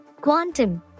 quantum